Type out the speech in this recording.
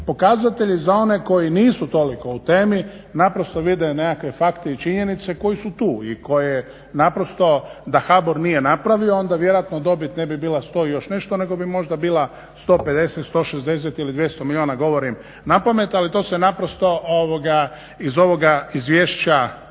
pokazatelji za one koji nisu toliko u temi, naprosto vide neke fakte i činjenice koji su tu i koje naprosto da HBOR nije napravio onda vjerojatno dobit ne bi bila sto i još nešto nego bi možda bila 150, 160 ili 200 milijuna, govorim napamet, ali to se naprosto iz ovoga izvješća